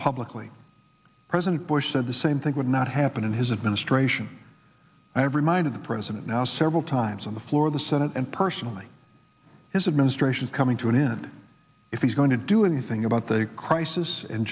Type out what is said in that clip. publicly president bush said the same thing would not happen in his administration i have reminded the president now several times on the floor of the senate and personally his administration coming to an end if he's going to do anything about the crisis